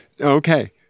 Okay